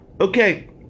Okay